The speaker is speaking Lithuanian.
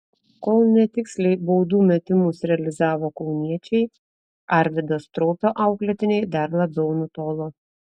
kol netiksliai baudų metimus realizavo kauniečiai arvydo straupio auklėtiniai dar labiau nutolo